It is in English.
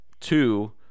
Two